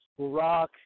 Barack